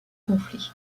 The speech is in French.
conflits